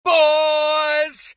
boys